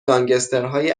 گانگسترهای